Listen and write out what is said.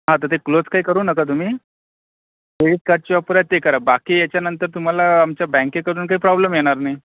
हां तर ते क्लोज काही करू नका तुम्ही क्रेडिट कार्डची ऑफर आहे ते करा बाकी याच्यानंतर तुम्हाला आमच्या बँकेकडून काही प्रॉब्लेम येणार नाही